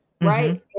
right